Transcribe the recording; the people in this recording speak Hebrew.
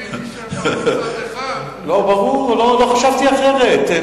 אני הייתי מצד אחד, ברור, לא חשבתי אחרת.